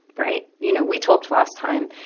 right. you know, we talked last time.